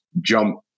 jump